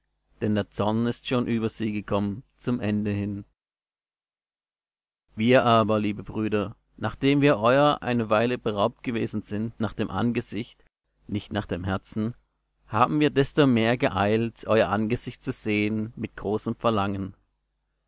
denn der zorn ist schon über sie gekommen zum ende hin wir aber liebe brüder nachdem wir euer eine weile beraubt gewesen sind nach dem angesicht nicht nach dem herzen haben wir desto mehr geeilt euer angesicht zu sehen mit großem verlangen